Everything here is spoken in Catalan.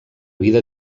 vida